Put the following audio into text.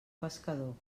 pescador